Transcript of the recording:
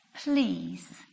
Please